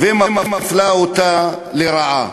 והיא מפלה אותה לרעה.